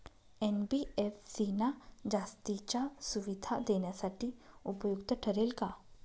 NBFC ना जास्तीच्या सुविधा देण्यासाठी उपयुक्त ठरेल का?